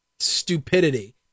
stupidity